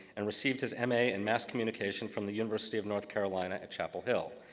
and received his m a. in mass communication from the university of north carolina at chapel hill.